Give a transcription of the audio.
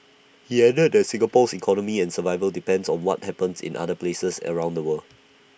he added that Singapore's economy and survival depend on what happens in other places around the world